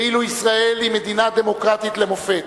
ואילו ישראל היא מדינה דמוקרטית למופת: